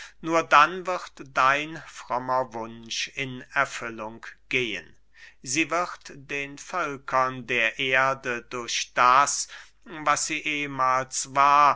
nur dann wird dein frommer wunsch in erfüllung gehen sie wird den völkern der erde durch das was sie ehmahls war